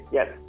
Yes